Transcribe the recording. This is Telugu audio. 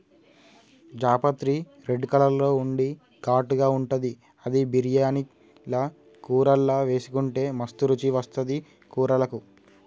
జాపత్రి రెడ్ కలర్ లో ఉండి ఘాటుగా ఉంటది అది బిర్యానీల కూరల్లా వేసుకుంటే మస్తు రుచి వస్తది కూరలకు